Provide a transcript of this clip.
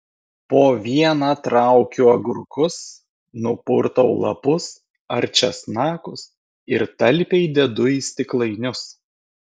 po vieną traukiu agurkus nupurtau lapus ar česnakus ir talpiai dedu į stiklainius